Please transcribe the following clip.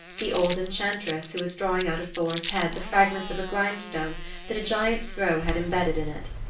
the old enchantress who was drawing out of thor's head the fragments of a grindstone that a giant's throw had embedded in it.